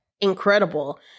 incredible